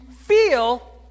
feel